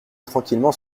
tranquillement